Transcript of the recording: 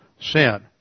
sin